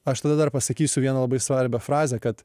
aš tada dar pasakysiu vieną labai svarbią frazę kad